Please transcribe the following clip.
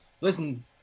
listen